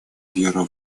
вера